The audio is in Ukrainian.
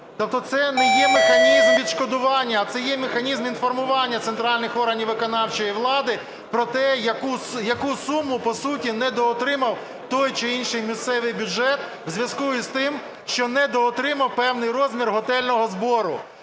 Тобто це не є механізм відшкодування, а це є механізм інформування центральних органів виконавчої влади про те, яку суму по суті недоотримав той чи інший місцевий бюджет у зв'язку з тим, що недоотримав певний розмір готельного збору.